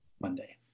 Monday